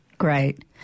Great